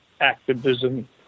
activism